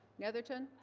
netherton